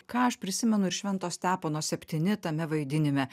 ką aš prisimenu ir švento stepono septyni tame vaidinime